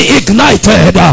ignited